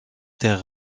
terre